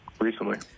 recently